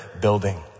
building